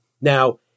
Now